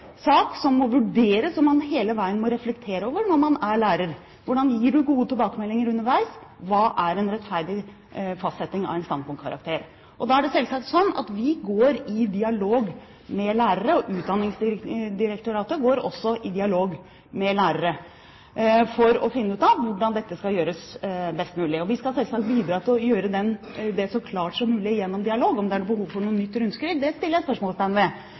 sak som må vurderes, og som man hele veien må reflektere over når man er lærer, og det er: Hvordan gir man gode tilbakemeldinger underveis? Og hva er en rettferdig fastsetting av en standpunktkarakter? Da er det selvsagt slik at vi går i dialog med lærere – og Utdanningsdirektoratet går også i dialog med lærere – for å finne ut av hvordan dette skal gjøres best mulig. Vi skal selvsagt bidra til å gjøre det så klart som mulig gjennom dialog. Om det er behov for noe nytt rundskriv, setter jeg spørsmålstegn ved.